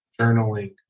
journaling